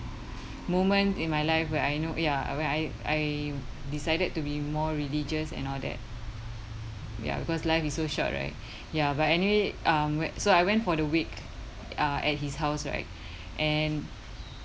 moment in my life where I know ya when I I decided to be more religious and all that ya because life is so short right ya but anyway um so I went for the wake uh at his house right and